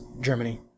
Germany